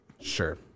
Sure